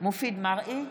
מופיד מרעי,